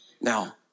Now